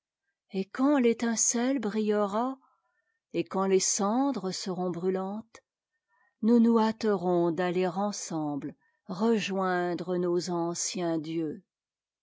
et quand l'étincelle brillera et quand les cendres seront brû antes nous nous hâterons d'aller ensemble rejoindre nos anciens dieux